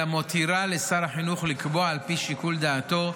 אלא מותירה לשר החינוך לקבוע, על פי שיקול דעתו,